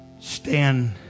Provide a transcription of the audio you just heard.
Stand